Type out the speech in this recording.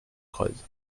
creuse